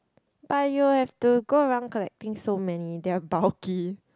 but you will have to go around collecting so many they are bulky